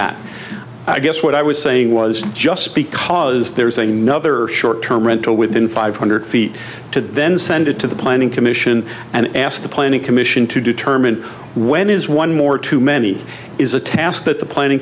that i guess what i was saying was just because there's another short term rental within five hundred feet to then send it to the planning commission and ask the planning commission to determine when is one more too many is a task that the planning